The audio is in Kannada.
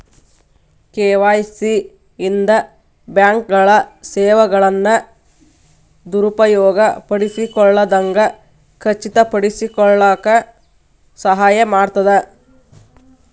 ಕೆ.ವಾಯ್.ಸಿ ಇಂದ ಬ್ಯಾಂಕ್ಗಳ ಸೇವೆಗಳನ್ನ ದುರುಪಯೋಗ ಪಡಿಸಿಕೊಳ್ಳದಂಗ ಖಚಿತಪಡಿಸಿಕೊಳ್ಳಕ ಸಹಾಯ ಮಾಡ್ತದ